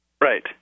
Right